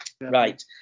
Right